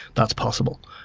that's possible.